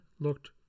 looked